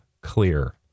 clear